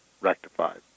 rectified